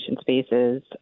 spaces